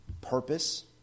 purpose